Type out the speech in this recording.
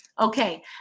Okay